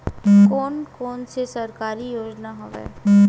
कोन कोन से सरकारी योजना हवय?